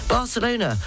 Barcelona